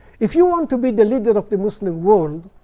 if you want to be the leader of the muslim world,